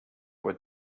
would